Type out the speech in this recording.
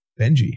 Benji